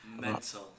Mental